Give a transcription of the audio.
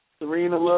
Serena